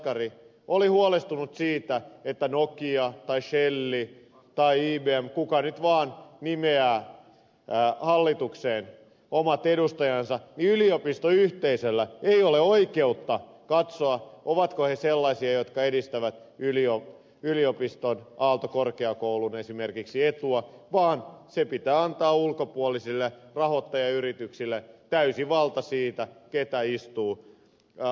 jaskari oli huolestunut siitä että kun nokia tai shell tai ibm kuka nyt vaan nimeää hallitukseen omat edustajansa niin yliopistoyhteisöllä ei ole oikeutta katsoa ovatko he sellaisia jotka edistävät yliopiston tai aalto korkeakoulun etua esimerkiksi vaan pitää antaa ulkopuolisille rahoittajayrityksille täysi valta siitä keitä istuu hallituksessa